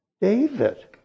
David